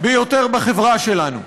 ביותר בחברה שלנו,